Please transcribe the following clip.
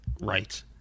Right